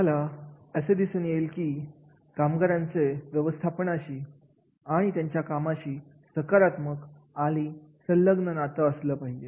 तुम्हाला असं दिसून येईल की कामगारांचं व्यवस्थापनाशी आणि त्यांच्या कामाशी सकारात्मक आणि संलग्न असं नातं असलं पाहिजे